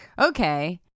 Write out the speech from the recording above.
Okay